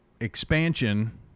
expansion